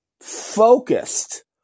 focused